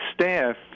staff